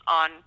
on